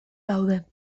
daude